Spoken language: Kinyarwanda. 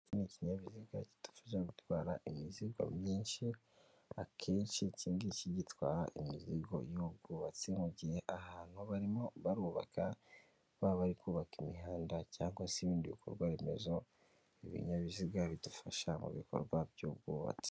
Iki ni ikinyabiziga kidufasha gutwara imizigo myinshi, akenshi ki ngiki gitwara imizigo y'ubwubatsi, mu gihe abantu barimo barubaka baba kubaka imihanda cyangwa se ibindi bikorwaremezo, ibinyabiziga bidufasha mu bikorwa by'ubwubatsi.